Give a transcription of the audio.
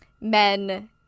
men